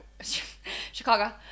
Chicago